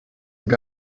eine